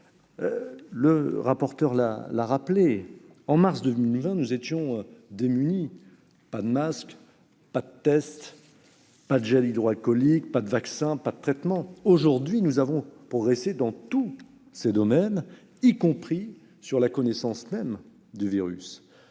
le rapporteur l'a rappelé, en mars 2020, nous étions démunis : pas de masques, pas de tests, pas de gel hydroalcoolique, pas de vaccin, pas de traitement ! Aujourd'hui, nous avons progressé dans tous ces domaines, y compris sur la connaissance même du virus.